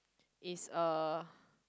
is uh